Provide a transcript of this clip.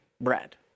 bread